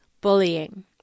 bullying